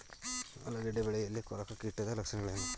ಆಲೂಗೆಡ್ಡೆ ಬೆಳೆಯಲ್ಲಿ ಕೊರಕ ಕೀಟದ ಲಕ್ಷಣವೇನು?